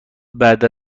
بعد